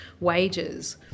wages